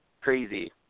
crazy